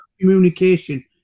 communication